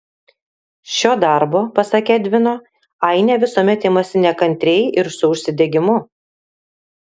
šio darbo pasak edvino ainė visuomet imasi nekantriai ir su užsidegimu